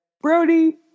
Brody